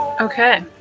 Okay